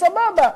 סבבה.